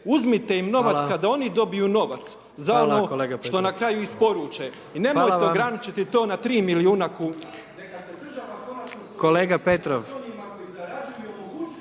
uzmite im novac kada oni dobiju novac za ono što na kraju isporuče i nemojte ograničiti na 3 milijuna